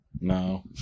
No